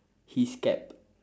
his cap